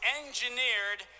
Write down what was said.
engineered